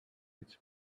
its